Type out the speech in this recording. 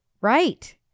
Right